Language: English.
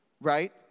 right